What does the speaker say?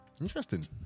Interesting